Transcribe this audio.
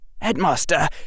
headmaster